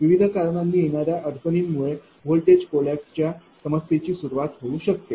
विविध कारणांनी येणाऱ्या अडचणीमुळे व्होल्टेज ढासळण्याच्या समस्येची सुरवात होऊ शकते